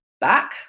back